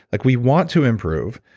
like we want to improve,